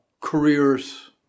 careers